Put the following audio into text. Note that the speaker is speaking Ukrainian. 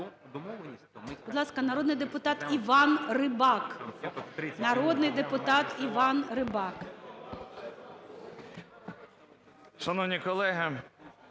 Будь ласка, народний депутат Іван Рибак. Народний депутат Іван Рибак.